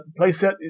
playset